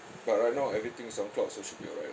but right now everything is on cloud so should be alright lah